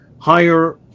higher